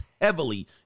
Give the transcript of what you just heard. heavily